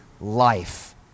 life